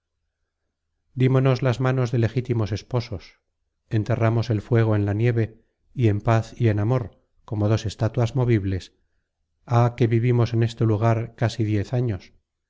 suya dímonos las manos de legítimos esposos enterramos el fuego en la nieve y en paz y en amor como dos estatuas movibles há que vivimos en este lugar casi diez años